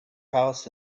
house